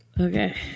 Okay